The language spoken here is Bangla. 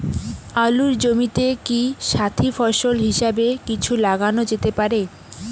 আলুর জমিতে কি সাথি ফসল হিসাবে কিছু লাগানো যেতে পারে?